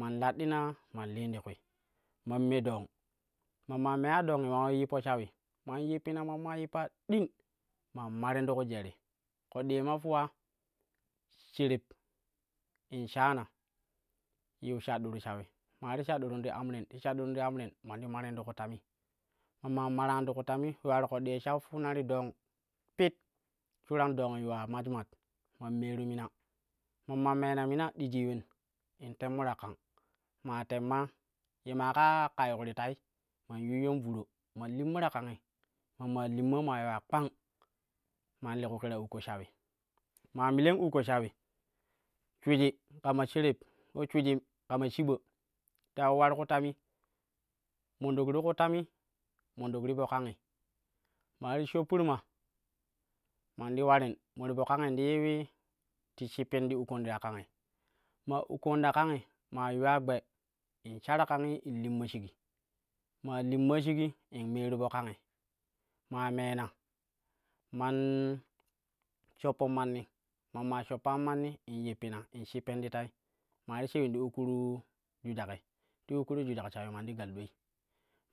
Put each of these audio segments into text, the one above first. Man laɗɗina man liin ti kwi man me dong ma maa moya dongi man ula yippo shawi, man yippina ma maa yippa ding man marim ti ku jeri koɗɗi ye ma fuwa shereb in shaan yiu dadduru shawi, ma ti shadduru to amrim ti shaddiri ti ammin man ti marim tu ku tami, ma maa maram ti ku tami ule ular ƙoɗɗi ye shau fuuna ti dong pit shuran dong yuwa maj man meeru mima. Ma maa meena mina digii ulen? Digii temmo ta kang, maa temma ye maa ka kayuk ti tai man yuyyan vuro man limma ta kangi man maa limma maa yuwa kpang man li ku kira ukko shawi. Maa mila ukko shawi shwiji kama shereb, shuijim kama shiba ta ular ku tami mandok ti ku tami mandok ti for kangi. Maa ti shoppirma man ti ularin mo ti fo kangi ti yiwi ti shippo tu ukkan ta kangi, maa ukkan ta kangi maa yuwa gbe, in sha ta kangi in lamma shigi maa limma shigi in meeru fo kangi maa meena man shpoi manni, man maa shoppan manni in yippina in shippon ti tai maa ti shiwi ta ukkuru jujak ti ukkuru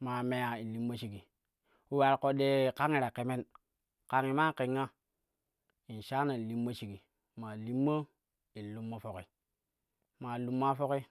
me yaa in limma shigi ule ular koɗɗi ye kangi kangi ta kemen kangi maa kenga in shaana in limma shigi maa limma in lummo foki maa lumma foki.